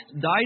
died